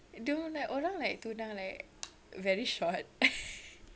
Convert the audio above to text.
don't like orang like tunang very short